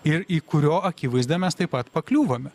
ir į kurio akivaizdą mes taip pat pakliūvame